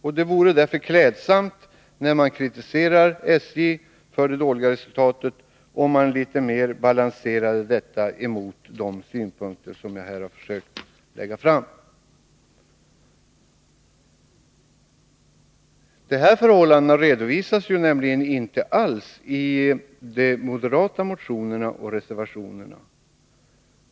Det vore mot den bakgrunden klädsamt om de som kritiserar SJ för det dåliga resultatet litet mera balanserade detta mot det som gäller om man tar hänsyn till de förhållanden jag här har beskrivit. Dessa redovisas nämligen inte alls i de moderata motionerna och reservationerna.